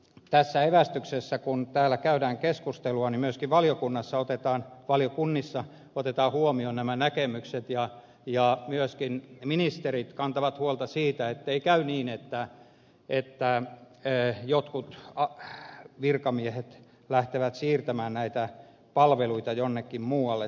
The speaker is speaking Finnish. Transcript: toivon että kun täällä käydään keskustelua ja evästytään myöskin valiokunnissa otetaan huomioon nämä näkemykset ja myöskin ministerit kantavat huolta siitä ettei käy niin että jotkut virkamiehet lähtevät siirtämään näitä palveluita jonnekin muualle